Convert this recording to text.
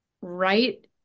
right